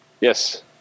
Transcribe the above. Yes